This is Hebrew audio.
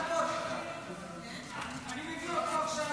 אותו עכשיו,